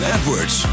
Edwards